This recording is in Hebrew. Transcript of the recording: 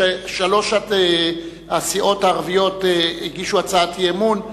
שלוש הסיעות הערביות הגישו הצעת אי-אמון.